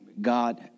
God